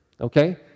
Okay